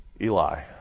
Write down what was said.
Eli